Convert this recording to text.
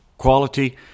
quality